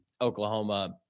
Oklahoma